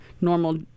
normal